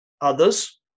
others